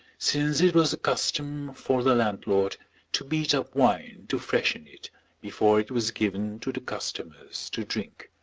since it was the custom for the landlord to beat up wine to freshen it before it was given to the customers to drink.